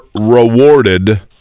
rewarded